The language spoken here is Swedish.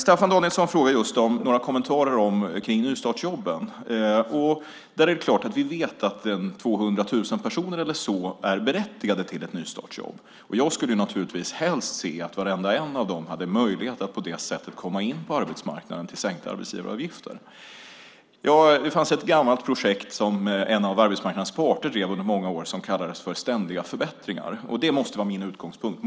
Staffan Danielsson efterfrågar kommentarer om nystartsjobben. Det är klart att vi vet att 200 000 personer eller så är berättigade till ett nystartsjobb. Jag skulle naturligtvis helst se att varenda en av dem hade möjlighet att på det sättet komma in på arbetsmarknaden till sänkta arbetsgivaravgifter. Det fanns ett gammalt projekt som en av arbetsmarknadens parter drev under många år. Det kallades Ständiga förbättringar. Det måste vara min utgångspunkt.